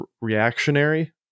reactionary